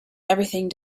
everything